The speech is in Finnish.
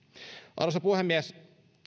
arvoisa puhemies